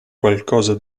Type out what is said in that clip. qualcosa